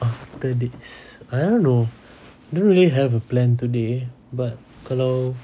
after this I don't know never really have a plan today but kalau